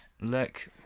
Look